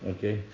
Okay